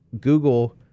Google